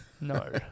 No